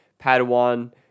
Padawan